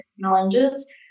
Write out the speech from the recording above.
challenges